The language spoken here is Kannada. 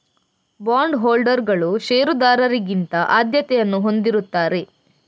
ಬಾಂಡ್ ಹೋಲ್ಡರುಗಳು ಷೇರುದಾರರಿಗಿಂತ ಆದ್ಯತೆಯನ್ನು ಹೊಂದಿರುತ್ತಾರೆ